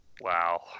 Wow